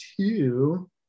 two